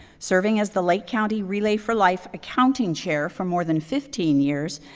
serving as the lake county relay for life accounting chair for more than fifteen years,